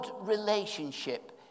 relationship